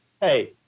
Hey